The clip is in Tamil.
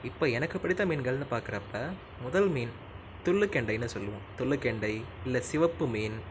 இப்போ எனக்கு பிடித்த மீன்கள்னு பார்க்குறப்ப முதல் மீன் துள்ளுக்கெண்டைன்னு சொல்லுவோம் துள்ளுக்கெண்டை இல்லை சிவப்பு மீன்